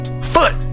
Foot